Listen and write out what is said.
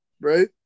right